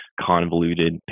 convoluted